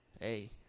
hey